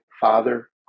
father